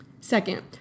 Second